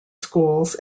schools